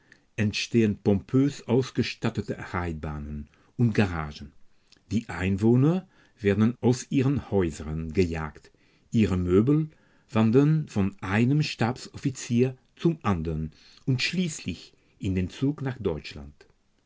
entstehen pompös ausgestattete reitbahnen und garagen die einwohner werden aus ihren häusern gejagt ihre möbel wandern von einem stabsoffizier zum andern und schließlich in den zug nach deutschland